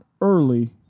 early